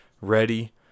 ready